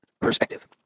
Perspective